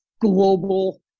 global